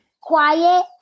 quiet